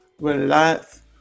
relax